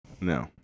No